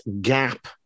gap